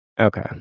Okay